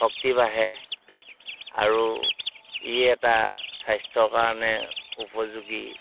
শক্তি বাঢ়ে আৰু ইয়ে এটা স্বাস্থ্যৰ কাৰণে উপযোগী